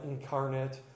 incarnate